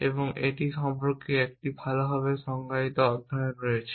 এবং এটি সম্পর্কে একটি ভালভাবে সংজ্ঞায়িত অধ্যয়ন রয়েছে